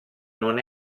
non